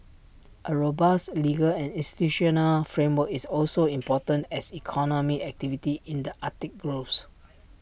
A robust legal and institutional framework is also important as economic activity in the Arctic grows